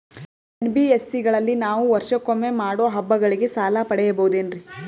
NBSC ಗಳಲ್ಲಿ ನಾವು ವರ್ಷಕೊಮ್ಮೆ ಮಾಡೋ ಹಬ್ಬಗಳಿಗೆ ಸಾಲ ಪಡೆಯಬಹುದೇನ್ರಿ?